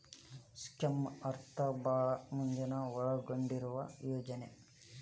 ಸ್ಕೇಮ್ನ ಅರ್ಥ ಭಾಳ್ ಮಂದಿನ ಒಳಗೊಂಡಿರುವ ಯೋಜನೆ